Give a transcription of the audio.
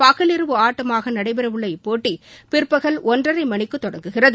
பகலிரவு ஆட்டமாக நடைபெற உள்ள இப்போட்டி பிற்பகல் மணி ஒன்றரை மணிக்கு தொடங்குகிறது